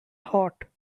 hot